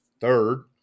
Third